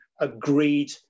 agreed